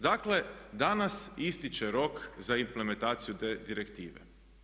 Dakle danas ističe rok za implementaciju te direktive.